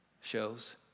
shows